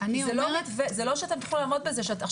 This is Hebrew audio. לעמוד בזה.